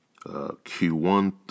Q1